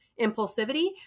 impulsivity